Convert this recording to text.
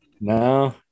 No